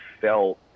felt